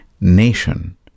nation